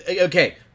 Okay